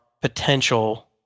potential